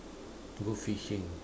go fishing